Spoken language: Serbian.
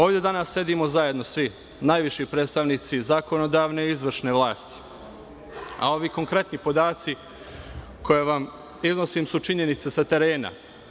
Ovde danas sedimo svi, najviši predstavnici zakonodavne i izvršne vlasti, a ovi konkretni podaci koje vam iznosim su činjenice sa terena.